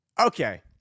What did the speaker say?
Okay